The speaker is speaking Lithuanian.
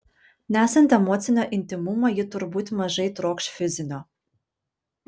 nesant emocinio intymumo ji turbūt mažai trokš fizinio